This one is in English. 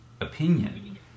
opinion